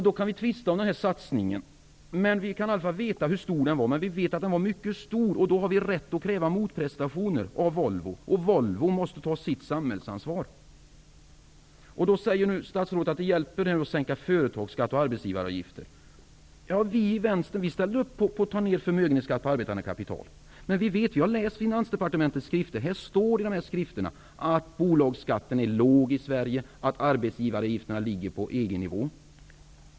Vi kan tvista om denna satsning, men vi kan ändå få veta hur stor den var. Vi vet att den var mycket stor. Då har vi rätt att kräva motprestationer av Volvo. Volvo måste ta sitt samhällsansvar. Statsrådet säger nu att det hjälper att sänka företagsskatt och arbetsgivaravgifter. Vi i Vänsterpartiet ställde upp på att sänka förmögenhetsskatten på arbetande kapital. Vi har läst finansdepartementets skrifter där det står att bolagsskatten är låg i Sverige och att arbetsgivaravgifterna ligger på EG-nivå.